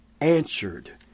answered